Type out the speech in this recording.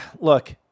look